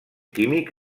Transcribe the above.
químic